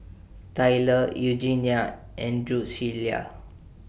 Tylor Eugenia and Drucilla